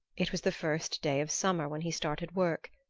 it was the first day of summer when he started work.